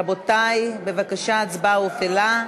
רבותי, בבקשה, ההצבעה הופעלה.